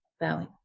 bowing